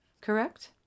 correct